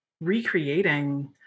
recreating